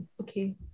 okay